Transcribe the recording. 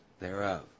thereof